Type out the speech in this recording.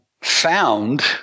found